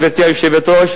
גברתי היושבת-ראש.